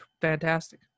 fantastic